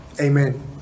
Amen